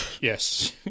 Yes